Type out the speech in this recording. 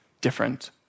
different